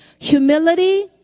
humility